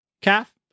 calf